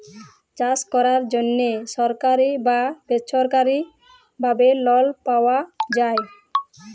চাষ ক্যরার জ্যনহে ছরকারি বা বেছরকারি ভাবে লল পাউয়া যায়